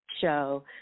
show